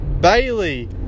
Bailey